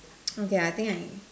okay I think I